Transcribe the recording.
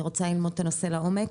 אני רוצה ללמוד את הנושא לעומק